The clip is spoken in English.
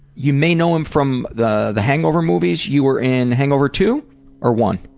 you may know him from the the hangover movies. you were in hangover two or one?